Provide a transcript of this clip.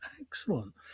Excellent